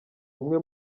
umwe